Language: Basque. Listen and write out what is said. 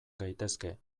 gaitezke